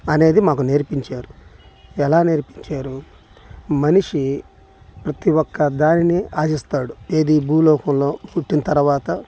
అనేది మాకు నేర్పించారు ఏలా నేర్పించారు మనిషి ప్రతీ ఒక్క దానిని ఆశిస్తాడు ఏది భూలోకంలో పుట్టిన తరువాత